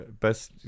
best